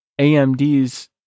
AMD's